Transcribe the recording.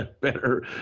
better